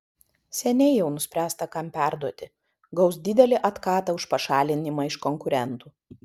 seniai jau nuspręsta kam perduoti gaus didelį atkatą už pašalinimą iš konkurentų